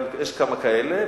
יש כמה כאלה,